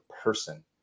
person